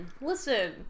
listen